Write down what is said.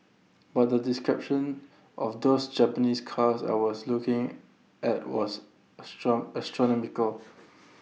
but the description of those Japanese cars I was looking at was A strong astronomical